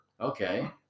okay